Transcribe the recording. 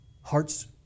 Hearts